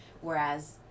whereas